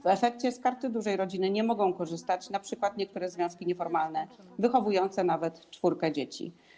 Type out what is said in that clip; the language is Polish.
W efekcie z Karty Dużej Rodziny nie mogą korzystać np. niektóre związki nieformalne wychowujące nawet czwórkę dzieci.